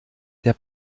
der